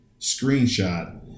screenshot